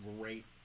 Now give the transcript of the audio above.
great